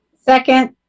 Second